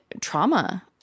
trauma